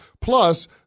Plus